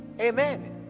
Amen